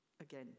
again